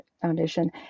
Foundation